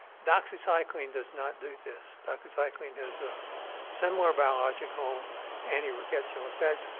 doxycycline does not do this. doxycycline is a similar biological anti-rickettsial effect,